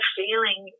feeling